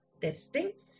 testing